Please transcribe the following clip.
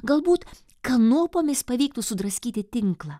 galbūt kanopomis pavyktų sudraskyti tinklą